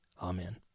Amen